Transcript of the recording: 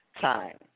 time